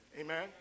Amen